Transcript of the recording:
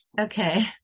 okay